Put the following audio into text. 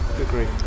agree